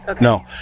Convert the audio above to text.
no